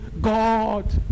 God